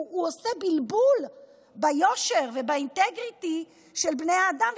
הוא עושה בלבול ביושר ובאינטגריטי של בני האדם,